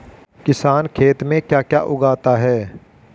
किसान खेत में क्या क्या उगाता है?